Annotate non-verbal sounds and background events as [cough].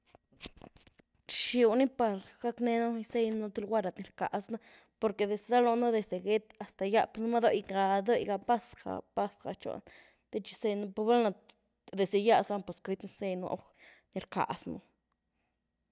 [noise] rxiw ny par gack nenu ný gyzeny nú th lugar lat rkaz nú porque gizáloh nu’ desde gét, hasta gýa, per numá dóigá-dóigá pas ga-pas gá txón te txi gyzeny nú, per valná desde gýa zaloh nu’ pues queity nú gyzeny nú hor ni rcaz nú.